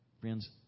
friends